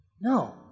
No